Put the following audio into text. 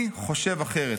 אני חושב אחרת.